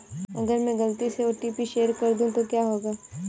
अगर मैं गलती से ओ.टी.पी शेयर कर दूं तो क्या होगा?